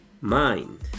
mind